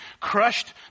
crushed